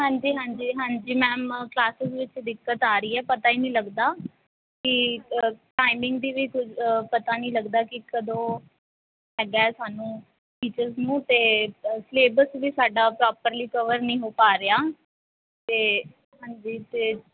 ਹਾਂਜੀ ਹਾਂਜੀ ਹਾਂਜੀ ਮੈਮ ਕਲਾਸਿਸ ਵਿੱਚ ਦਿੱਕਤ ਆ ਰਹੀ ਹੈ ਪਤਾ ਹੀ ਨਹੀਂ ਲੱਗਦਾ ਕਿ ਟਾਈਮਿੰਗ ਦੀ ਵੀ ਕੁਝ ਪਤਾ ਨਹੀਂ ਲੱਗਦਾ ਕਿ ਕਦੋਂ ਹੈਗਾ ਸਾਨੂੰ ਟੀਚਰਸ ਨੂੰ ਅਤੇ ਸਿਲੇਬਸ ਵੀ ਸਾਡਾ ਪ੍ਰੋਪਰਲੀ ਕਵਰ ਨਹੀਂ ਹੋ ਪਾ ਰਿਹਾ ਅਤੇ ਹਾਂਜੀ ਅਤੇ